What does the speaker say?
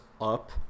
up